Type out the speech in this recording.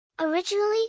Originally